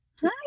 Hi